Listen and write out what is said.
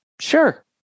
Sure